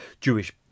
Jewish